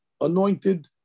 anointed